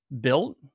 built